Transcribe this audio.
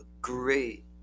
great